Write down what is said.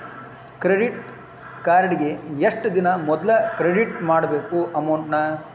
credit ಕಾರ್ಡಿಗಿ ಎಷ್ಟ ದಿನಾ ಮೊದ್ಲ ಕ್ರೆಡಿಟ್ ಮಾಡ್ಬೇಕ್ ಅಮೌಂಟ್ನ